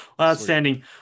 Outstanding